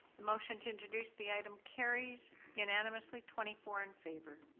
the motion to introduce the item carries unanimously twenty four in favor.